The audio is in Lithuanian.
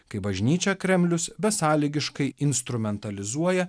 kai bažnyčia kremlius besąlygiškai instrumentalizuoja